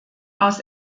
aus